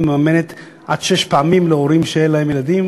מממנת עד שש פעמים להורים שאין להם ילדים,